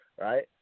right